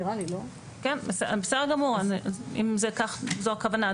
אז אם זו הכוונה,